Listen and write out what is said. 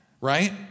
right